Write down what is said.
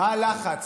מה הלחץ?